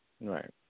Right